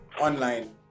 online